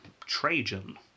Trajan